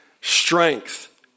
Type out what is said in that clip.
strength